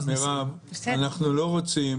מירב, אנחנו לא רוצים